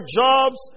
jobs